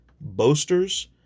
Boasters